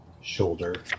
shoulder